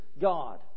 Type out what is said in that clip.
God